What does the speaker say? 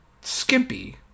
skimpy